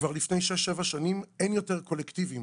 כבר לפני 6-7 שנים, אין יותר קולקטיבים